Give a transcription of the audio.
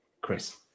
Chris